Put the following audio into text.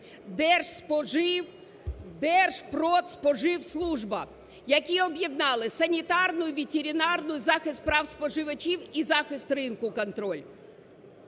Держпродспоживслужба, які об'єднали санітарну і ветеринарну, і захист прав споживачів, і захист ринку, контроль.